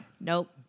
Nope